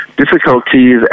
difficulties